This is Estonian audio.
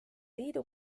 liidu